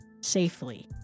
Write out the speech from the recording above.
Safely